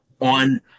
on